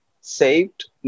saved